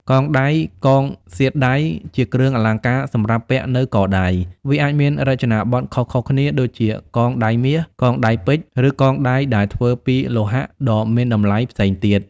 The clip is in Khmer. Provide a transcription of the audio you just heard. កងដៃ កងសៀតដៃ ជាគ្រឿងអលង្ការសម្រាប់ពាក់នៅកដៃ វាអាចមានរចនាបថខុសៗគ្នា ដូចជាកងដៃមាស កងដៃពេជ្រ ឬកងដៃដែលធ្វើពីលោហៈដ៏មានតម្លៃផ្សេងទៀត។